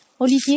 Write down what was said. Olivier